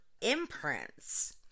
imprints